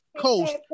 coast